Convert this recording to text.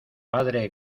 padre